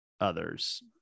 others